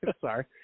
sorry